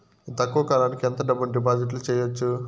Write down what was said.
తక్కువ కాలానికి ఎంత డబ్బును డిపాజిట్లు చేయొచ్చు?